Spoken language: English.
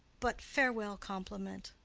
but farewell compliment!